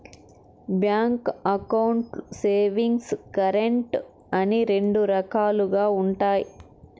bank అకౌంట్లు savings, current అని రెండు రకాలుగా ఉంటాయి